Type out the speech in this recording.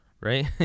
right